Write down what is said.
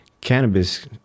cannabis